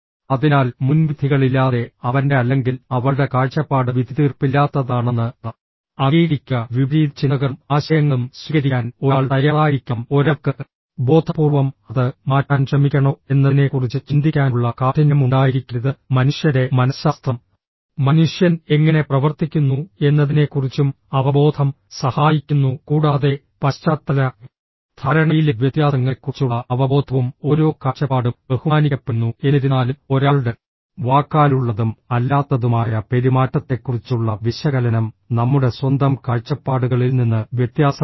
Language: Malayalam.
അതിനാൽ മുൻവിധികളില്ലാതെ അവന്റെ അല്ലെങ്കിൽ അവളുടെ കാഴ്ചപ്പാട് വിധിതീർപ്പില്ലാത്തതാണെന്ന് അംഗീകരിക്കുക വിപരീത ചിന്തകളും ആശയങ്ങളും സ്വീകരിക്കാൻ ഒരാൾ തയ്യാറായിരിക്കണം ഒരാൾക്ക് ബോധപൂർവ്വം അത് മാറ്റാൻ ശ്രമിക്കണോ എന്നതിനെക്കുറിച്ച് ചിന്തിക്കാനുള്ള കാഠിന്യം ഉണ്ടായിരിക്കരുത് മനുഷ്യൻറെ മനഃശാസ്ത്രം മനുഷ്യൻ എങ്ങനെ പ്രവർത്തിക്കുന്നു എന്നതിനെക്കുറിച്ചും അവബോധം സഹായിക്കുന്നു കൂടാതെ പശ്ചാത്തല ധാരണയിലെ വ്യത്യാസങ്ങളെക്കുറിച്ചുള്ള അവബോധവും ഓരോ കാഴ്ചപ്പാടും ബഹുമാനിക്കപ്പെടുന്നു എന്നിരുന്നാലും ഒരാളുടെ വാക്കാലുള്ളതും അല്ലാത്തതുമായ പെരുമാറ്റത്തെക്കുറിച്ചുള്ള വിശകലനം നമ്മുടെ സ്വന്തം കാഴ്ചപ്പാടുകളിൽ നിന്ന് വ്യത്യാസപ്പെടാം